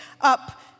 up